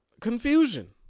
confusion